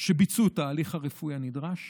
ביצעו את ההליך הרפואי הנדרש